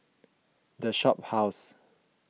the Shophouse